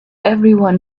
everyone